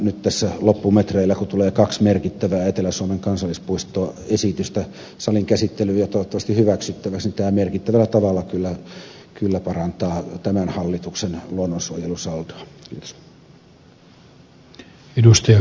nyt tässä loppumetreillä kun tulee kaksi merkittävää etelä suomen kansallispuistoesitystä saliin käsittelyyn ja toivottavasti hyväksyttäväksi tämä merkittävällä tavalla kyllä parantaa tämän hallituksen luonnonsuojelusaldoa